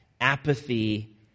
apathy